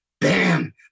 bam